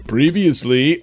Previously